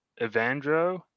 Evandro